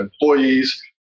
employees